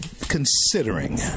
considering